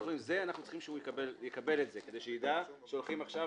את זה אנחנו צריכים שהוא יקבל כדי שהוא יידע שהולכים עכשיו,